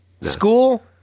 school